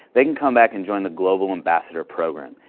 they can come back and join the global ambassador program.